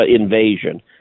invasion